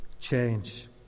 change